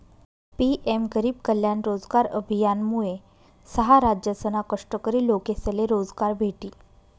PM गरीब कल्याण रोजगार अभियानमुये सहा राज्यसना कष्टकरी लोकेसले रोजगार भेटी